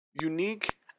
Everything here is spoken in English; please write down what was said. unique